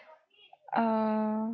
err